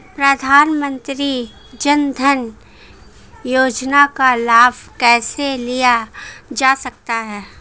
प्रधानमंत्री जनधन योजना का लाभ कैसे लिया जा सकता है?